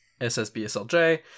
SSBSLJ